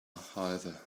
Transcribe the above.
however